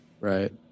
Right